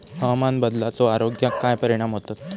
हवामान बदलाचो आरोग्याक काय परिणाम होतत?